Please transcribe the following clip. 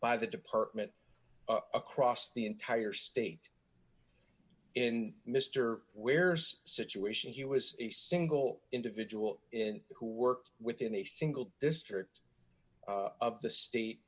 by the department across the entire state in mr where's situation here as a single individual in who works within a single this church of the state